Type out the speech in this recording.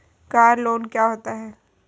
Car loan क्या होता है?